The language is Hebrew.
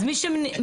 אז מי שנלחם,